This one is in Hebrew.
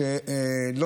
אני במקרה,